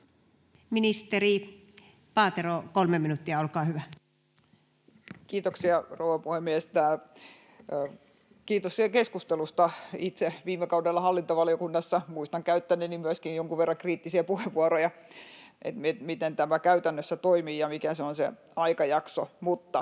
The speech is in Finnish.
Ministeri Paatero, 3 minuuttia, olkaa hyvä. Kiitoksia, rouva puhemies! Kiitoksia keskustelusta. Itse viime kaudella hallintovaliokunnassa muistan käyttäneeni myöskin jonkun verran kriittisiä puheenvuoroja, että miten tämä käytännössä toimii ja mikä on se aikajakso,